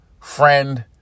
friend